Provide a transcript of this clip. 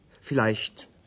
Vielleicht